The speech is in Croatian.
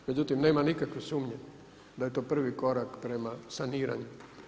Međutim, nema nikakve sumnje da je to prvi korak prema saniranju.